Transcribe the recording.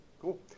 Cool